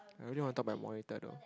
i really wanna talk about monitor though